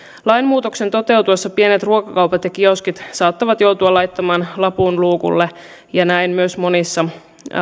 lainmuutoksen toteutuessa pienet ruokakaupat ja kioskit saattavat joutua laittamaan lapun luukulle ja näin myös monissa